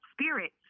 spirit